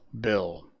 bill